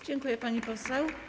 Dziękuję, pani poseł.